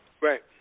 Right